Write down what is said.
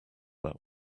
that